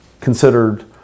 considered